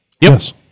Yes